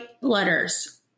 letters